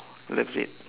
that's it